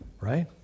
right